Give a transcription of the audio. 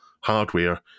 hardware